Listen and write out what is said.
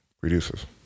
reduces